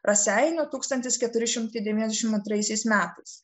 raseinių tūkstantis keturi šimtai devyniasdešimt antraisiais metais